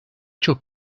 çok